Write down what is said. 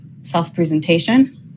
self-presentation